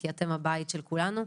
כי אתם הבית של כולנו.